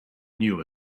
knew